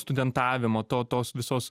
studentavimo to tos visos